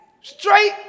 straight